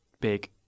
big